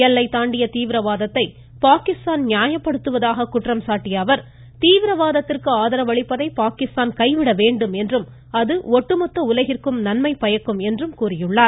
எல்லைத் தாண்டிய தீவிரவாதத்தை பாகிஸ்தான் நியாயப்படுத்துவதாக குற்றம் சாட்டிய அவர் தீவிரவாதத்திற்கு ஆதரவு அளிப்பதை பாகிஸ்தான் கைவிட வேண்டும் என்றும் அது ஒட்டுமொத்த உலகிற்கும் நன்மை பயக்கும் என்றும் கூறினார்